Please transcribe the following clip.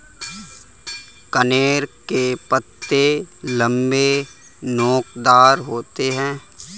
कनेर के पत्ते लम्बे, नोकदार होते हैं